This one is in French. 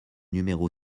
numéro